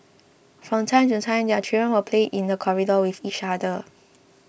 from time to time their children would play in the corridor with each other